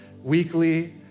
weekly